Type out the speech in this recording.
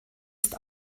ist